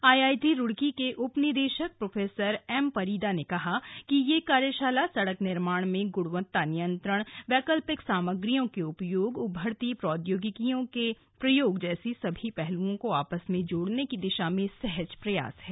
IIT Roorkee के उप निदेशक प्रो एम परीदा ने कहा कि यह कार्यशाला सड़क निर्माण में गुणवत्ता नियंत्रण वैकल्पिक सामग्रियों के उपयोग उभरती प्रौद्योगिकियों के प्रयोग जैसे सभी पहलुओं को आपस में जोड़ने की दिशा में सहज प्रयास है